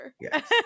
yes